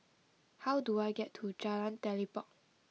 how do I get to Jalan Telipok